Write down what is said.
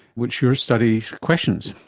which your study questions.